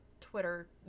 Twitter